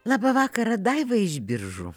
labą vakarą daiva iš biržų